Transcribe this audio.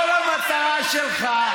כל המטרה שלך,